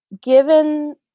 given